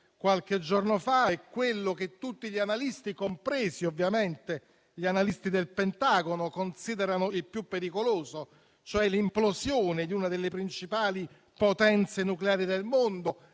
qualche giorno fa è quello che tutti gli analisti, compresi quelli del Pentagono, considerano il più pericoloso, e cioè, l'implosione di una delle principali potenze nucleari del mondo,